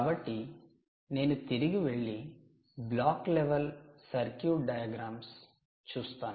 కాబట్టి నేను తిరిగి వెళ్లి బ్లాక్ లెవెల్ సర్క్యూట్ డయాగ్రమ్స్ చూస్తాను